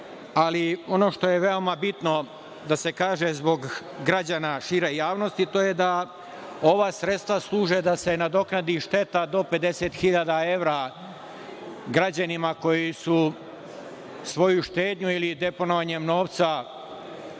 ali ono što je veoma bitno da se kaže zbog građana, šire javnosti to je da ova sredstva služe da se nadoknadi šteta do 50.000 evra građanima koji su svojom štednjom ili deponovanjem novca